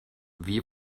wie